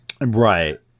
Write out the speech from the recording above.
Right